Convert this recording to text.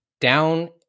down